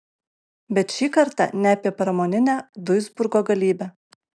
bet šį kartą ne apie pramoninę duisburgo galybę